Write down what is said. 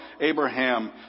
Abraham